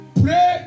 pray